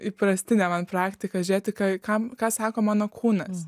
įprastine man praktika žiūrėti ką kam ką sako mano kūnas